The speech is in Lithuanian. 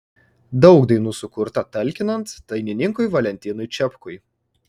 daug dainų sukurta talkinant dainininkui valentinui čepkui